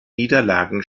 niederlagen